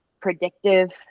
predictive